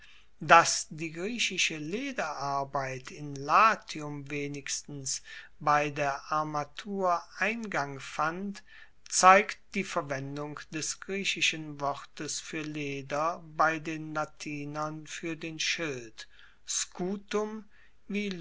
dass die griechische lederarbeit in latium wenigstens bei der armatur eingang fand zeigt die verwendung des griechischen wortes fuer leder bei den latinern fuer den schild